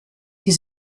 die